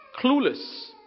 clueless